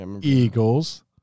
Eagles